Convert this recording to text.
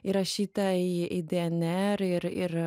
įrašyta į į dnr ir ir